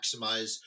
maximize